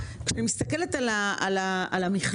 כשאני מסתכלת על המכלול,